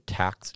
tax